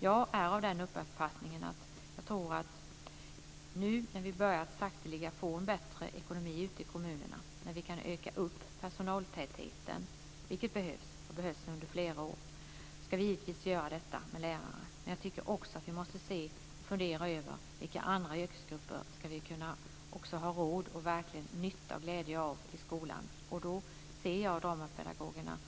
Jag tror att när vi nu så sakteliga börjar få en bättre ekonomi i kommunerna, när vi kan öka personaltätheten, vilket har behövts under flera år, ska detta ske med lärare. Men vi måste också fundera över vilka andra yrkesgrupper som vi ska ha råd att ha nytta och glädje av i skolan. Då ser jag dramapedagogerna